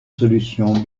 solution